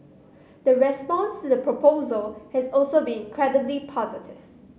the response to the proposal has also been incredibly positive